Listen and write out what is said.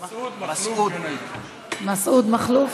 מסעוד מכלוף